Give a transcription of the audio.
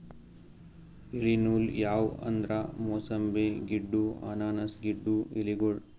ಎಲಿ ನೂಲ್ ಯಾವ್ ಅಂದ್ರ ಮೂಸಂಬಿ ಗಿಡ್ಡು ಅನಾನಸ್ ಗಿಡ್ಡು ಎಲಿಗೋಳು